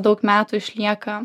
daug metų išlieka